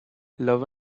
love